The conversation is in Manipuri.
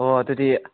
ꯍꯣ ꯑꯗꯨꯗꯤ